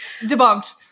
debunked